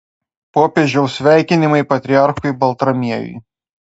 popiežiaus sveikinimai patriarchui baltramiejui